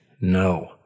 No